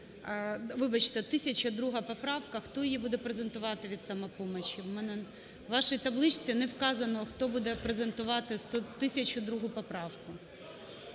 Вибачте, 1002 поправка, хто її буде презентувати від "Самопомочі"? У вашій табличці не вказано, хто буде презентувати 1002 поправку.